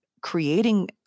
creating